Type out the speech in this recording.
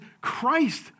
Christ